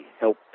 help